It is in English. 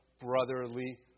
brotherly